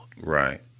Right